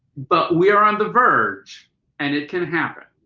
but we are on the verge and it can happen.